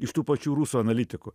iš tų pačių rusų analitikų